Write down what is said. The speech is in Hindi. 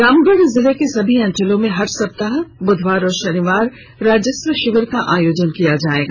रामगढ़ जिले के सभी अंचलों में हर सप्ताह बूधवार और शनिवार राजस्व शिविर का आयोजन किया जायेगा